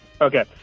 Okay